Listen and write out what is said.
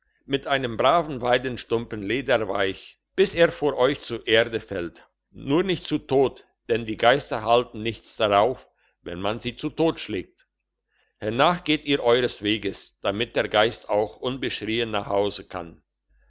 mit einem braven weidenstumpen lederweich bis er vor euch zur erde fällt nur nicht zu tod denn die geister halten nichts darauf wenn man sie zu tod schlägt hernach geht ihr eures weges damit der geist auch unbeschrien nach hause kann